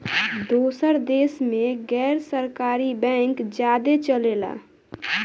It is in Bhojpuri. दोसर देश मे गैर सरकारी बैंक ज्यादे चलेला